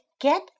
get